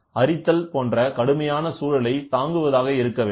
அரித்தல் போன்ற கடுமையான சூழலை தாங்குவதாக இருக்க வேண்டும்